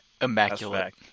Immaculate